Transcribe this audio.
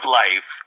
life